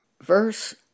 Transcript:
Verse